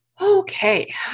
Okay